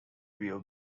view